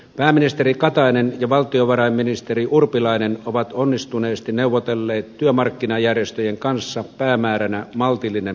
pääministeri katainen ja valtiovarainministeri urpilainen ovat onnistuneesti neuvotelleet työmarkkinajärjestöjen kanssa päämääränä maltillinen palkkaratkaisu